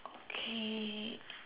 okay